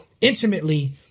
intimately